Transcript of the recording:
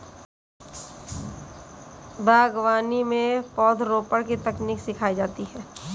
बागवानी में पौधरोपण की तकनीक सिखाई जाती है